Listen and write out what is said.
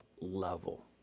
level